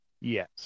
Yes